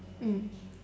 mm